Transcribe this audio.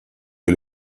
que